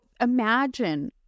imagine